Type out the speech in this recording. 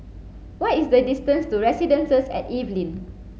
what is the distance to Residences at Evelyn